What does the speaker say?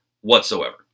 whatsoever